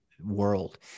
world